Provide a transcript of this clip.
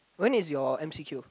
when is your M_C_Q